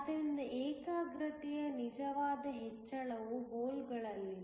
ಆದ್ದರಿಂದ ಏಕಾಗ್ರತೆಯ ನಿಜವಾದ ಹೆಚ್ಚಳವು ಹೋಲ್ಗಳಲ್ಲಿದೆ